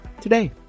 today